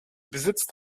besitzt